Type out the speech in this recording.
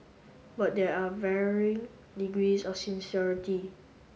but there are varying degrees of sincerity